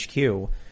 HQ